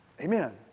Amen